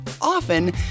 often